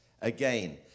again